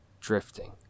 drifting